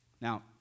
Now